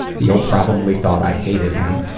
theo probably thought i hated him,